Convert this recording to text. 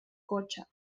cotxe